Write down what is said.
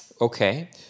Okay